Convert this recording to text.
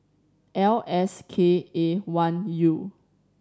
L S K A one U